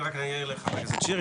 כן, אני רק אעיר לחבר הכנסת שירי.